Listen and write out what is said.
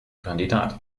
kandidat